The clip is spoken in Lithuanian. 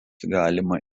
galima